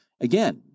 Again